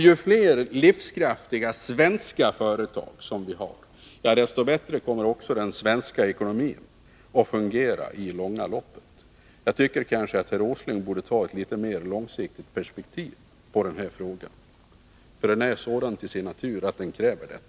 Ju fler livskraftiga svenska företag vi har, desto bättre kommer också den svenska ekonomin att fungera i det långa loppet. Jag tycker att herr Åsling borde anlägga ett litet mer långsiktigt perspektiv på den här frågan, för den är sådan till sin natur att den kräver detta.